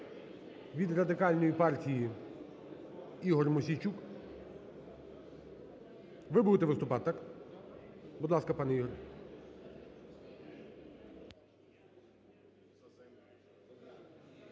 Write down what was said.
Від Радикальної партії Ігор Мосійчук. Ви будете виступати, так? Будь ласка, пане Ігор.